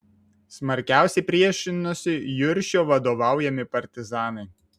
smarkiausiai priešinosi juršio vadovaujami partizanai